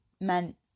meant